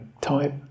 type